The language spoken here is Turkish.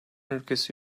ülkesi